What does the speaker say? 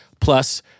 plus